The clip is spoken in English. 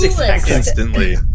instantly